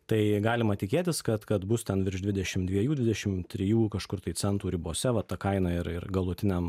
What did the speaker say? tai galima tikėtis kad kad bus ten virš dvidešim dviejų dvidešim trijų kažkur tai centų ribose va ta kaina ir ir galutiniam